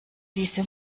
diese